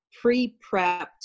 pre-prepped